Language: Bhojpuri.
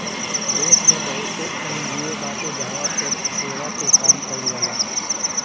देस में बहुते एन.जी.ओ बाटे जहवा पे सेवा के काम कईल जाला